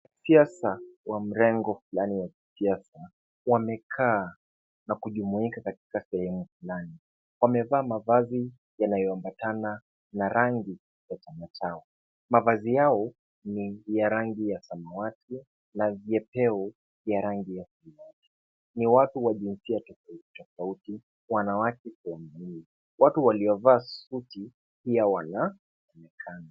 Wanasiasa wa mrengo fulani wa kisiasa, wamekaa na kujumuika katika sehemu fulani. Wamevaa mavazi yanayoambatana na rangi ya chama chao. Mavazi yao ni ya rangi ya samawati na vyepeo vya rangi hiyo hiyo. Ni watu wa jinsia tofauti tofauti, wanawake kwa wanaume. Watu waliovaa suti pia wanaonekana.